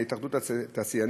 עם התאחדות התעשיינים,